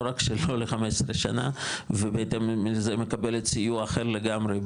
לא רק שלא ל-15 שנה ובהתאם לזה מקבלת סיוע אחר לגמרי,